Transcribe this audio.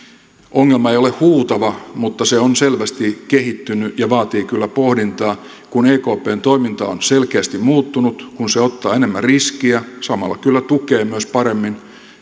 ongelma ei ole huutava mutta se on selvästi kehittynyt ja vaatii kyllä pohdintaa kun ekpn toiminta on selkeästi muuttunut kun se ottaa enemmän riskiä samalla kyllä tukee myös paremmin